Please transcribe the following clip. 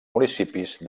municipis